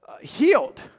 healed